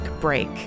break